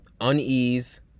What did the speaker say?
unease